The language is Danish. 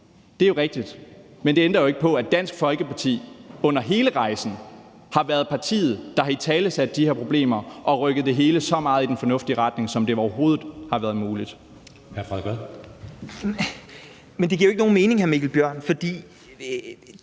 Det er rigtigt, men det ændrer ikke på, at Dansk Folkeparti under hele rejsen har været partiet, der har italesat de her problemer og rykket det hele så meget i den fornuftige retning, som det overhovedet har været muligt. Kl. 13:19 Anden næstformand (Jeppe Søe): Hr.